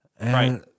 Right